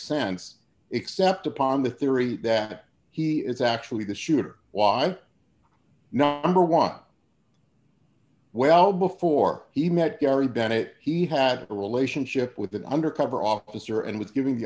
sense except upon the theory that he is actually the shooter why not or want well before he met gary bennett he had a relationship with an undercover officer and was giving the